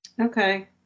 Okay